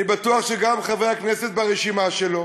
אני בטוח שגם חברי הכנסת ברשימה שלו